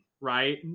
right